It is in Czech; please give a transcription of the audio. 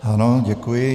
Ano, děkuji.